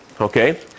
okay